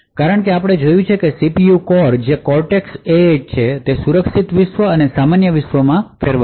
કારણ કે આપણે જોયું છે કે સીપીયુ કોર જે કોર્ટેક્સ A 8 છે તે સુરક્ષિત વિશ્વ અને સામાન્ય વિશ્વમાંથી ફેરવાશે